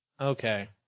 Okay